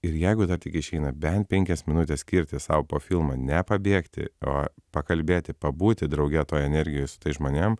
ir jeigu tik išeina bent penkias minutes skirti sau po filmo ne pabėgti o pakalbėti pabūti drauge toj energijoj su tais žmonėm